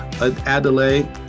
Adelaide